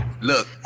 Look